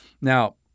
Now